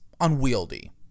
unwieldy